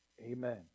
amen